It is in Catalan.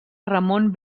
ramon